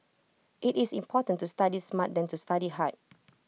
IT is important to study smart than to study hard